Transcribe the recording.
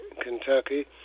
Kentucky